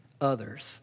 others